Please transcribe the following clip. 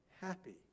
happy